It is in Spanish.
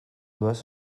vas